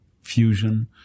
fusion